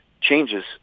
changes